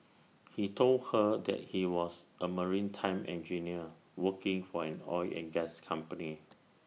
he told her that he was A maritime engineer working for an oil and gas company